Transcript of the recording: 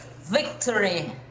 victory